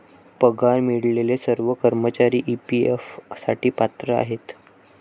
पगार मिळालेले सर्व कर्मचारी ई.पी.एफ साठी पात्र आहेत